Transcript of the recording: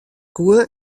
koe